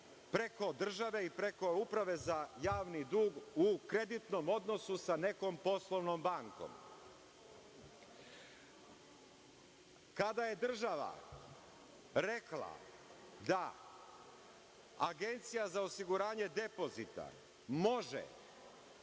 preko države i preko Uprave za javni dug u kreditnom odnosu sa nekom poslovnom bankom. Kada je država rekla da Agencija za osiguranje depozita može